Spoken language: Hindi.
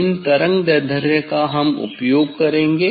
इन तरंगदैर्ध्य का हम उपयोग करेंगे